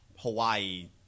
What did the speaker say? Hawaii